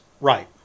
Right